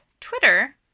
Twitter